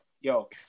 yo